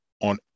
on